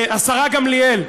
השרה גמליאל,